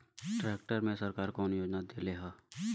Tractor मे सरकार कवन योजना देले हैं?